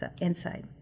inside